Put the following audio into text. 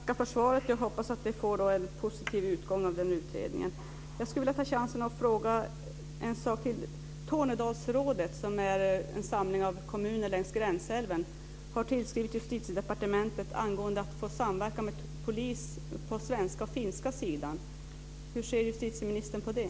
Fru talman! Jag tackar för svaret. Jag hoppas då att vi får en positiv utgång av denna utredning. Jag vill ta chansen att fråga en sak till. Tornedalsrådet, som är en samling av kommuner längs gränsälven, har tillskrivit Justitiedepartementet angående att få samverka med polis på den svenska och den finska sidan. Hur ser justitieministern på det?